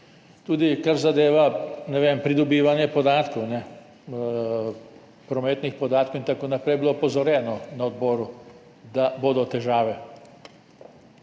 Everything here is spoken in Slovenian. Tudi kar zadeva pridobivanje prometnih podatkov in tako naprej, je bilo opozorjeno na odboru, da bodo težave.